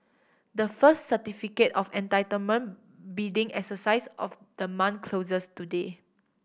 the first Certificate of Entitlement bidding exercise of the month closes today